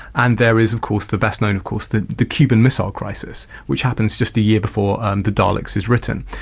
and there is of course the best-known of course, the the cuban missile crisis, which happens just a year before and the daleks is written.